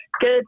Good